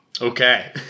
Okay